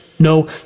No